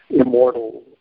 immortal